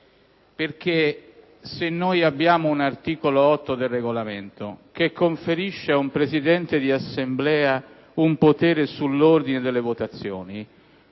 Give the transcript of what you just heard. se abbiamo l'articolo 8 del Regolamento che conferisce ad un Presidente di Assemblea un potere sull'ordine delle votazioni,